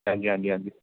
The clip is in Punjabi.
ਹਾਂਜੀ ਹਾਂਜੀ ਹਾਂਜੀ